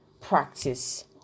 practice